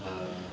ah